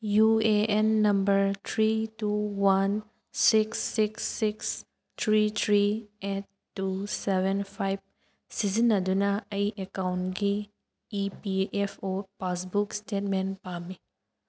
U A N number three two one six six six three three eight two seven five ꯁꯤꯖꯤꯟꯅꯗꯨꯅ ꯑꯩ ꯑꯦꯀꯥꯎꯟꯒꯤ E P F O passbook statement ꯄꯥꯝꯃꯤ